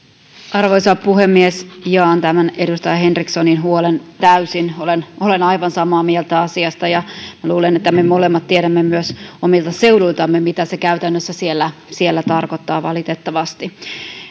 arvoisa puhemies jaan tämän edustaja henrikssonin huolen täysin olen olen aivan samaa mieltä asiasta ja minä luulen että me molemmat myös tiedämme omilta seuduiltamme mitä se käytännössä siellä siellä tarkoittaa valitettavasti